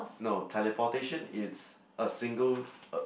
no teleportation it's a single uh